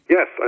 Yes